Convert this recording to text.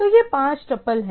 तो ये पाँच टप्पल हैं